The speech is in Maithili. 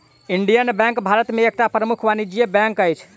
इंडियन बैंक भारत में एकटा प्रमुख वाणिज्य बैंक अछि